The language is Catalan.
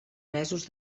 mesos